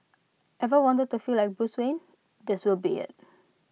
ever wanted to feel like Bruce Wayne this will be IT